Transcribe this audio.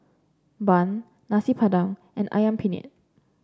Bun Nasi Padang and ayam Penyet